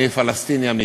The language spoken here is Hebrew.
אני פלסטיני אמיתי,